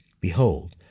Behold